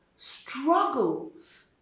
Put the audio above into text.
struggles